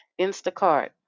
Instacart